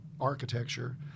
architecture